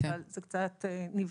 אבל זה קצת נבלע.